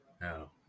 No